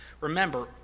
Remember